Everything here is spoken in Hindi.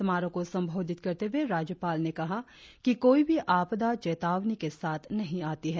समारोह को संबोधित करते हुए राज्यपाल ने कहा कि कोई भी आपदा चेतावनी के साथ नही आती है